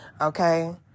okay